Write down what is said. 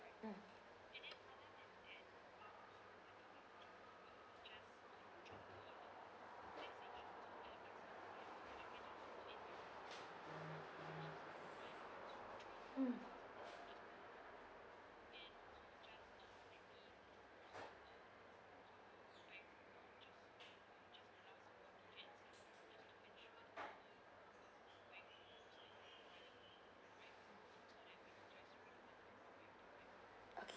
mm